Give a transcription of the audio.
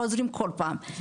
חוזרים כל פעם.